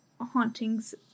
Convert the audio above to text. hauntings